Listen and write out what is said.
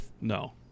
no